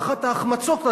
ואחת ההחמצות הגדולות,